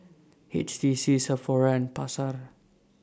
H T C Sephora and Pasar